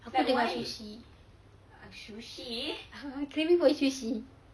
aku dengar sushi craving for sushi